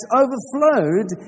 overflowed